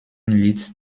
leads